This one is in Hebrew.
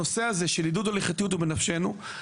הנושא של עידוד הליכתיות הוא בנפשנו.